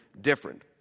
different